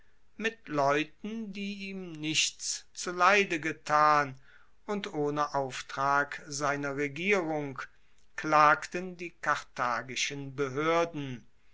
mit leuten die ihm nichts zuleide getan und ohne auftrag seiner regierung klagten die karthagischen behoerden